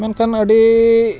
ᱢᱮᱱᱠᱷᱟᱱ ᱟᱹᱰᱤ